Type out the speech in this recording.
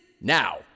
now